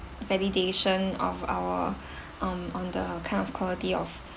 validation of our um on the kind of quality of